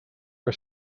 for